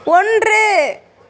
ஒன்று